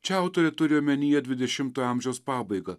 čia autorė turi omenyje dvidešimtojo amžiaus pabaigą